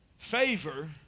Favor